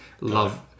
love